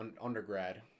undergrad